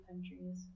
countries